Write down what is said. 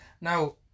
Now